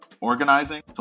organizing